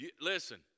listen